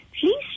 please